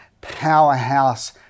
Powerhouse